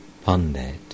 Pundit